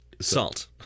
Salt